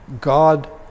God